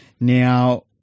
Now